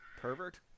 Pervert